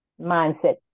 mindset